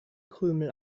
krümel